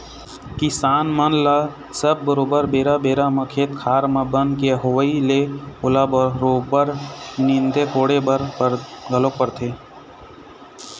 किसान मन ल सब बरोबर बेरा बेरा म खेत खार म बन के होवई ले ओला बरोबर नींदे कोड़े बर घलोक परथे